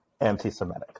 anti-Semitic